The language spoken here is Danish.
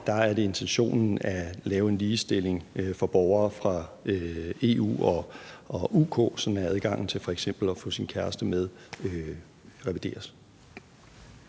er det intentionen at lave en ligestilling for borgere fra EU-lande og UK, sådan at adgangen til f.eks. at få sin kæreste med revideres.